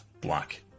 black